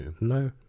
No